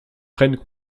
prennent